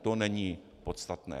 To není podstatné.